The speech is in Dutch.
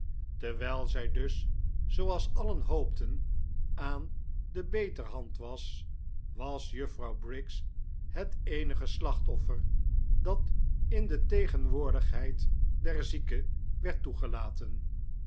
terwijl zij dus zooals alien hoopten aan de beterhand was was juffrouw briggs het eenige slachtoffer dat in de tegenwoordigheid der zieke werd toegelaten